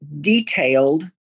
detailed